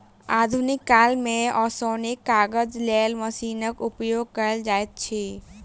आधुनिक काल मे ओसौनीक काजक लेल मशीनक उपयोग कयल जाइत अछि